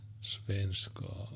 Svenska